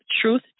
truth